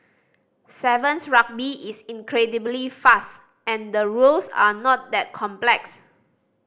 sevens Rugby is incredibly fast and the rules are not that complex